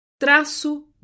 traço